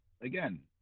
again